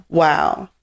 wow